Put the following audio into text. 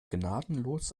gnadenlos